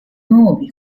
movie